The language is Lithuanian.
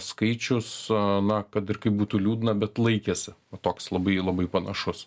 skaičius na kad ir kaip būtų liūdna bet laikėsi o toks labai labai panašus